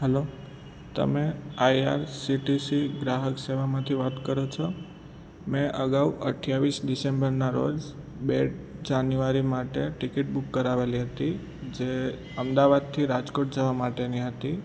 hello તમે IRCTC ગ્રાહક સેવામાંથી વાત કરો છો મેં અગાઉ અઠ્યાવીસ ડિસેમ્બરના રોજ બે જાન્યુઆરી માટે ટિકિટ બુક કરાવેલી હતી જે અમદાવાદ રાજકોટ જવા માટેની હતી